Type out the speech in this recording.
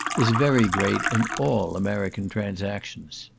is very great in all american transactions.